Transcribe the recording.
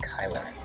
Kyler